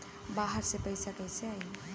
बाहर से पैसा कैसे आई?